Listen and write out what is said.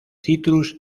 citrus